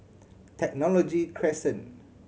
Technology Crescent